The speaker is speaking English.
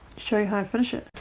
show you how i finish it.